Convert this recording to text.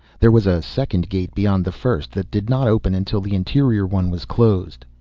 there was a second gate beyond the first, that did not open until the interior one was closed.